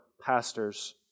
pastors